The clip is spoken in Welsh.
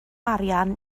arian